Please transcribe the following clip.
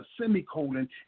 semicolon